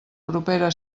propera